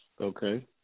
Okay